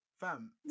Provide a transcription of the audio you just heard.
Fam